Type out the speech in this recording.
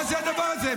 מה זה הדבר הזה?